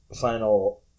final